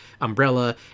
umbrella